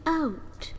out